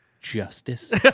Justice